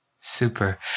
Super